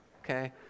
okay